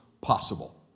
possible